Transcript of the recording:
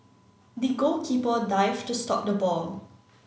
the goalkeeper dived to stop the ball